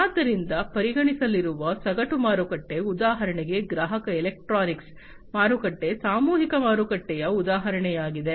ಆದ್ದರಿಂದ ಪರಿಗಣಿಸಲಿರುವ ಸಗಟು ಮಾರುಕಟ್ಟೆ ಉದಾಹರಣೆಗೆ ಗ್ರಾಹಕ ಎಲೆಕ್ಟ್ರಾನಿಕ್ಸ್ ಮಾರುಕಟ್ಟೆ ಸಾಮೂಹಿಕ ಮಾರುಕಟ್ಟೆಯ ಉದಾಹರಣೆಯಾಗಿದೆ